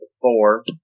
four